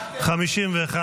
הסתייגות 50 לא נתקבלה.